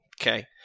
Okay